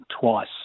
Twice